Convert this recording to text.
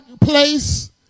place